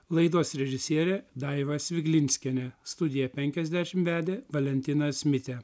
laidos režisierė daiva sviglinskienė studiją penkiasdešim vedė valentinas mitė